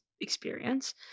experience